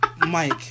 Mike